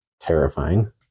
terrifying